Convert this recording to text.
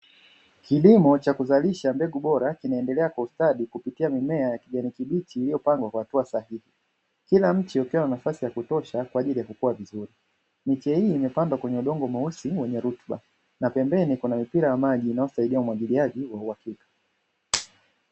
Kilimo cha kuzalisha mbegu bora kinaendelea kwa ustadi kupitia mimea ya kijani kibichi iliyopangwa kwa hatua safi, kila miche ikiwa na nafasi ya kutosha kwa ajili ya kukua vizuri. Miche hii imepandwa kwenye udongo mweusi wenye rutuba, na pembeni kuna mipira ya maji inayosaidia umwagiliaji wa uhakika.